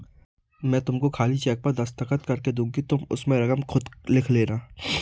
मैं तुमको खाली चेक पर दस्तखत करके दूँगी तुम उसमें रकम खुद लिख लेना